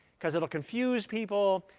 because it'll confuse people.